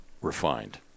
refined